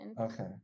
Okay